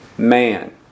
Man